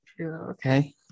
Okay